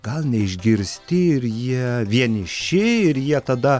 gal neišgirsti ir jie vieniši ir jie tada